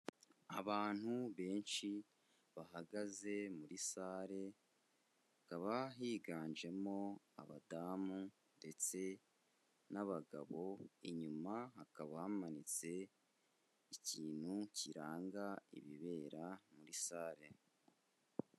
Abantu benshi bahagaze muri sale, akaba higanjemo abadamu ndetse n'abagabo, inyuma hakaba hamanitse ikintu kiranga ibibera muri sale.